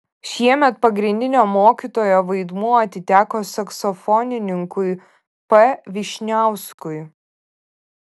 šiemet pagrindinio mokytojo vaidmuo atiteko saksofonininkui p vyšniauskui